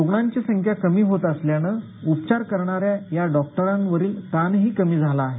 रूग्णांची संख्या कमी होत असल्यानं उपचार करणाऱ्या डॉक्टरांवरील ताणही कमी झाला आहे